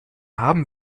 haben